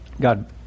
God